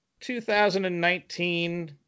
2019